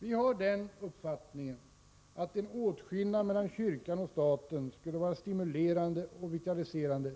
Vi har den uppfattningen att en åtskillnad mellan kyrkan och staten skulle vara stimulerande och vitaliserande,